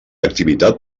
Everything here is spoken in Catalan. activitat